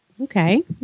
Okay